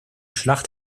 schlacht